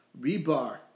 rebar